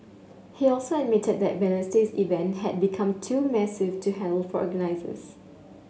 he also admitted that Wednesday's event had become too massive to handle for organizers